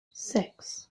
six